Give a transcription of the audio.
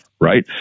right